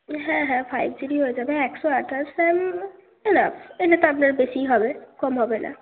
হ্যাঁ হ্যাঁ ফাইভ জিরই হয়ে যাবে একশো আঠাশ র্যাম এনাফ এটা তো আপনার বেশিই হবে কম হবে না